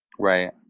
Right